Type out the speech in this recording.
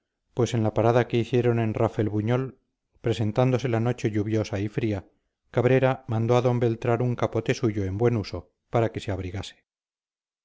pues en la parada que hicieron en rafelbuñol presentándose la noche lluviosa y fría cabrera mandó a don beltrán un capote suyo en buen uso para que se abrigase